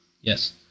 yes